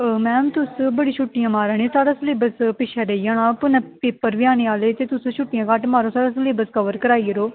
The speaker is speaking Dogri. मैडम तुस छुट्टियां बड़ियां मारा दे साढ़ा सिलेब्स पिच्छें रेही जाना ते पेपर बी आने आह्ले ते तुस छुट्टियां घट्ट मारो साढ़ा सलेब्स कवर कराई ओड़ो